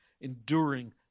enduring